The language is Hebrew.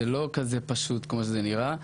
זה לא כזה פשוט כמו שזה נראה.